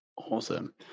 Awesome